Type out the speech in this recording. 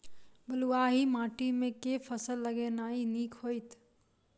बलुआही माटि मे केँ फसल लगेनाइ नीक होइत?